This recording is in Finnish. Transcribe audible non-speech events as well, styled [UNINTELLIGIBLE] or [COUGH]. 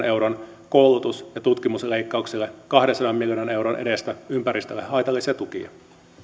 [UNINTELLIGIBLE] euron koulutus ja tutkimusleikkauksille vaihtoehdoksi kahdensadan miljoonan euron edestä ympäristölle haitallisia tukia